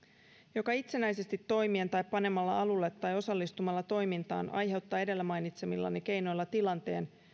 joka itsenäisesti toimien tai panemalla alulle tai osallistumalla toimintaan aiheuttaa edellä mainitsemillani keinoilla tilanteen